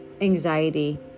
Anxiety